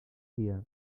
dia